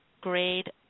grade